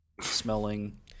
smelling